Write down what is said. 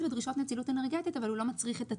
בדרישות נצילות אנרגטית אבל הוא לא מצריך את התווית.